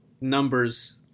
numbers